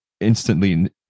instantly